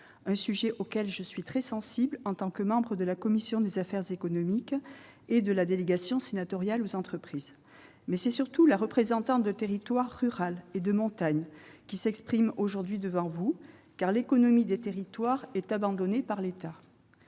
d'un sujet auquel je suis très sensible en tant que membre de la commission des affaires économiques et de la délégation sénatoriale aux entreprises. Mais c'est surtout la représentante d'un territoire rural et de montagne qui s'exprime devant vous aujourd'hui, car l'économie des territoires est abandonnée par l'État.